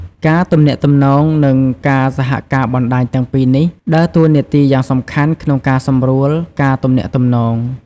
ការទំនាក់ទំនង និងការសហការបណ្តាញទាំងពីរនេះដើរតួនាទីយ៉ាងសំខាន់ក្នុងការសម្រួលការទំនាក់ទំនង។